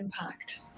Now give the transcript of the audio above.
impact